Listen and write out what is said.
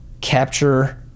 capture